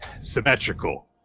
symmetrical